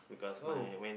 oh